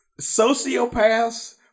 Sociopaths